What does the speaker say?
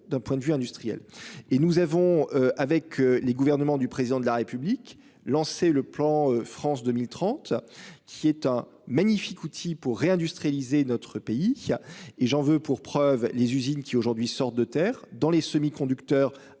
d'un point de vue industriel et nous avons avec les gouvernements du président de la République lancé le plan France 2030 qui est un magnifique outil pour réindustrialiser, notre pays a et j'en veux pour preuve les usines qui aujourd'hui sortent de terre dans les semi-conducteurs